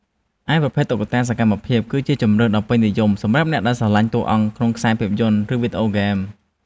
ឯប្រភេទ តុក្កតាសកម្មភាព គឺជាជម្រើសដ៏ពេញនិយមសម្រាប់អ្នកដែលស្រឡាញ់តួអង្គក្នុងខ្សែភាពយន្ត ឬវីដេអូហ្គេម។